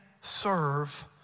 serve